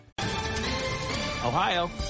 Ohio